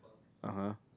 (uh huh)